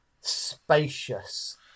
spacious